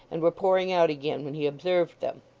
and were pouring out again when he observed them.